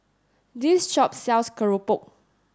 this shop sells Keropok